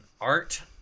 art